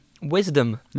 wisdom